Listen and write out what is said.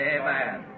Amen